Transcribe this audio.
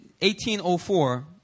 1804